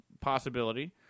Possibility